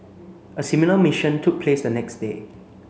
a similar mission took place the next day